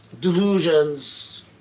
delusions